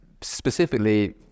specifically